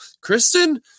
Kristen